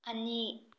ꯑꯅꯤ